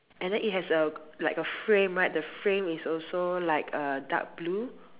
and then it has a like a frame right the frame is also like uh dark blue